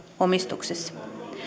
omistuksessa